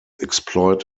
exploit